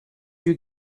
you